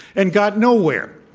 and got nowhere.